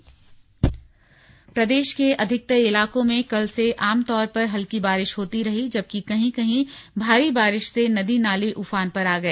मौसम प्रदेश के अधिकतर इलाकों में कल से आमतौर पर हल्की बारिश होती रही जबकि कहीं कहीं भारी बारिश से नदी नाले उफान पर आ गए